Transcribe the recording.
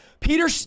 peter